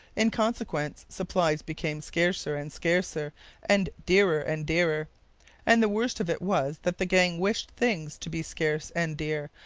in consequence, supplies became scarcer and scarcer and dearer and dearer and the worst of it was that the gang wished things to be scarce and dear,